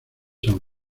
san